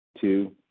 Two